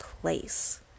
place